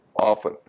often